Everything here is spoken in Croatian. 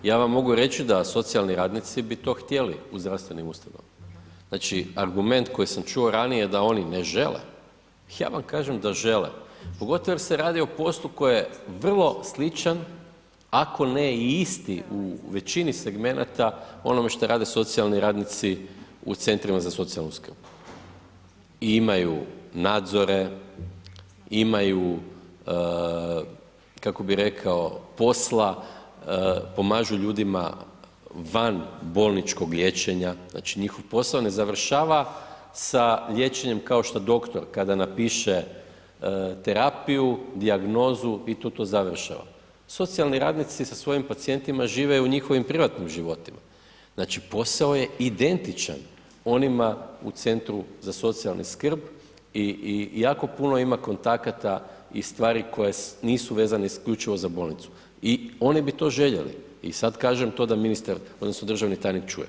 Ja vam mogu reći da socijalni radnici bi to htjeli u zdravstvenim ustanovama, znači argument koji sam čuo ranije da oni ne žele, ja vam kažem da žele, pogotovo jer se radi o poslu koji je vrlo sličan ako ne i isti u većini segmenata onome šta rade socijalni radnici u centrima za socijalnu skrb i imaju nadzore, imaju, kako bi rekao, posla, pomažu ljudima van bolničkog liječenja, znači njihov posao ne završava sa liječenjem kao što doktor kada napiše terapiju, dijagnozu i tu to završava, socijalni radnici sa svojim pacijentima žive u njihovim privatnim životima, znači posao je identičan onima u centrima za socijalnu skrb i, i jako puno ima kontakata i stvari koje nisu vezane isključivo za bolnicu i oni bi to željeli i sad kažem to da ministar odnosno državni tajnik čuje.